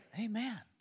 Amen